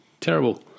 terrible